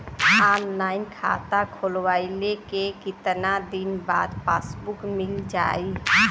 Online खाता खोलवईले के कितना दिन बाद पासबुक मील जाई?